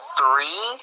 three